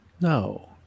No